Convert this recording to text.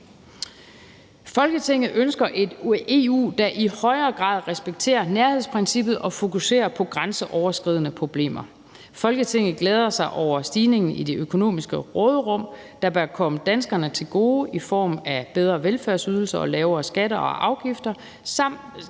»Folketinget ønsker et EU, der i højere grad respekterer nærhedsprincippet og fokuserer på grænseoverskridende problemer. Folketinget glæder sig over stigningen i det økonomiske råderum, som bør komme danskerne til gode i form af bedre velfærdsydelser og lavere skatter og afgifter,